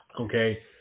Okay